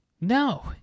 No